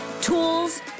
tools